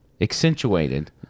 accentuated